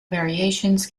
variations